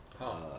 !huh!